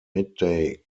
midday